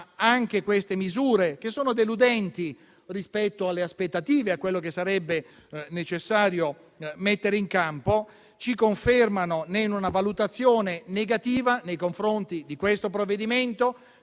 anche queste misure, che sono deludenti rispetto alle aspettative e a quello che sarebbe necessario mettere in campo, confermano la valutazione negativa su questo provvedimento,